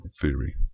theory